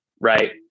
Right